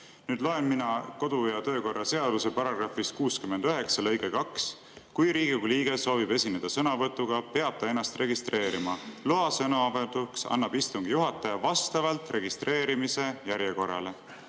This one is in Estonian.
et § 69 meie kodu- ja töökorra seaduses ütleb, et kui Riigikogu liige soovib esineda sõnavõtuga, peab ta ennast registreerima. Loa sõnavõtuks annab istungi juhataja vastavalt registreerimise järjekorrale.